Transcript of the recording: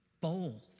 bold